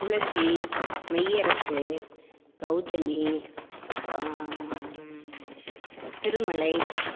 Thulasi Meyyarasu Gauthami Thirumalai